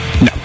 No